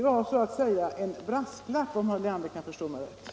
Det var så att säga en brasklapp, om herr Leander förstår mig rätt.